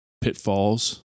pitfalls